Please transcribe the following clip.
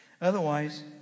Otherwise